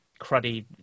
cruddy